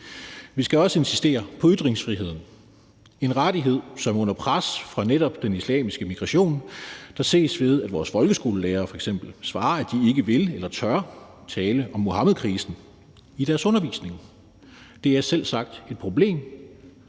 Vi skal også insistere på ytringsfriheden. Det er en rettighed, som er under pres fra netop den islamiske migration, og det ses, ved at vores folkeskolelærere f.eks. svarer, at de ikke vil eller tør tale om Muhammedkrisen i deres undervisning. Det er selvsagt et problem;